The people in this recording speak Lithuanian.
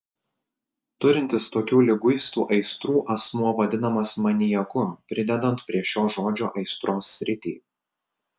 turintis tokių liguistų aistrų asmuo vadinamas maniaku pridedant prie šio žodžio aistros sritį